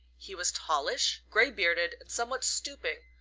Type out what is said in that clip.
he was tallish, grey-bearded and somewhat stooping,